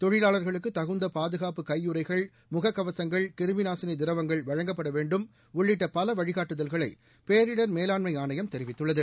தொழிலாளர்களுக்கு தகுந்த பாதுகாப்பு கையுறகைள் முகக்கவசங்கள் கிருமிநாசினி திரவங்கள் வழங்கப்பட வேண்டும் உள்ளிட்ட பல வழிகாட்டுதல்களை பேரிடர் மேலாண்மை ஆணையம் தெரிவித்துள்ளது